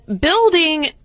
building